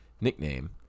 nickname